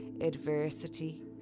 adversity